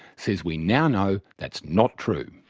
says we now know that's not true.